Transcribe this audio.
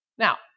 Now